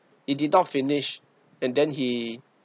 he did not finish and then he